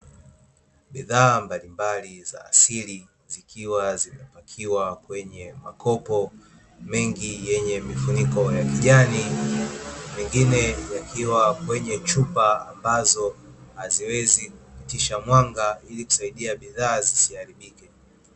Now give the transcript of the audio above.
Bidhaa mbalimbali za asili zikiwa zimepakiwa kwenye makopo mengi yenye mifuniko ya kijani. Mengine yakiwa kwenye chupa ambazo haziwezi kupitisha mwanga ili kusaidia bidhaa zisiharibike.